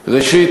ראשית,